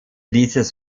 dieses